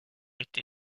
été